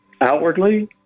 outwardly